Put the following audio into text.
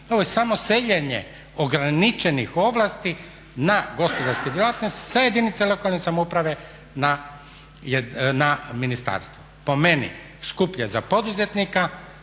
Ovo je samo seljenje ograničenih ovlasti na gospodarske djelatnosti sa jedinice lokalne samouprave na ministarstvo. Po meni skuplje za poduzetnika